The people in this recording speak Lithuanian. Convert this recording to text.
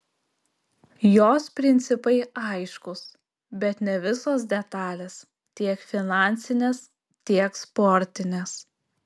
jos principai aiškūs bet ne visos detalės tiek finansinės tiek sportinės